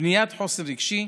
בניית חוסן רגשי,